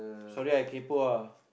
sorry I kaypo ah